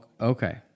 Okay